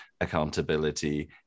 accountability